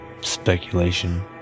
speculation